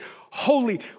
holy